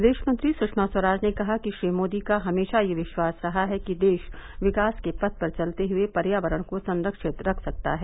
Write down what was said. विदेश मंत्री सुषमा स्वराज ने कहा कि श्री मोदी का हमेशा यह विश्वास रहा है कि देश विकास के पथ पर चलते हए पर्यावरण को संरक्षित रख सकता है